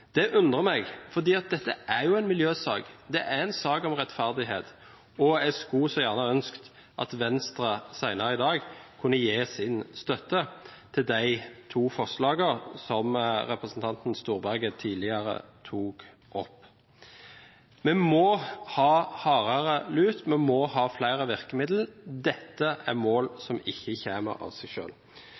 Det undrer meg, for dette er en miljøsak, det er en sak om rettferdighet, og jeg skulle så gjerne ha ønsket at Venstre senere i dag kunne gi sin støtte til de to forslagene som representanten Storberget tidligere tok opp. Vi må ha hardere lut, vi må ha flere virkemidler, dette er mål som ikke oppnås av seg